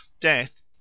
death